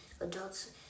Adults